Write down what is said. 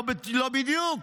לא בדיוק,